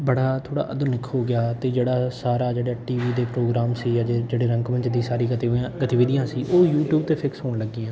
ਬੜਾ ਥੋੜ੍ਹਾ ਆਧੁਨਿਕ ਹੋ ਗਿਆ ਅਤੇ ਜਿਹੜਾ ਸਾਰਾ ਜਿਹੜਾ ਟੀ ਵੀ ਦੇ ਪ੍ਰੋਗਰਾਮ ਸੀ ਅਜੇ ਜਿਹੜੇ ਰੰਗ ਮੰਚ ਦੀ ਸਾਰੀ ਗਤੀਵਿਆਂ ਗਤੀਵਿਧੀਆਂ ਸੀ ਉਹ ਯੂਟਿਊਬ 'ਤੇ ਫਿਕਸ ਹੋਣ ਲੱਗੀਆਂ